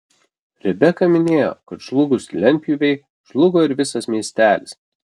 rebeka minėjo kad žlugus lentpjūvei žlugo ir visas miestelis